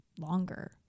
longer